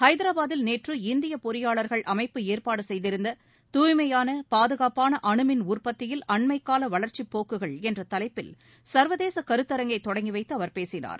ஹைதராபாதில் நேற்று இந்தியப் பொறியாளர்கள் அமைப்பு ஏற்பாடு செய்திருந்த தூய்மையான பாதுகாப்பான அனுமின் உற்பத்தியில் அண்மைக்கால வளர்ச்சிப் போக்குகள் என்ற தலைப்பில் சர்வதேச கருத்தரங்கை தொடங்கி வைத்து அவர் பேசினார்